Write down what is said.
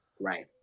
right